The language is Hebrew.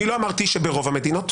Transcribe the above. אני לא אמרתי שברוב המדינות,